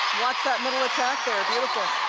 watch that middle attack there, beautiful.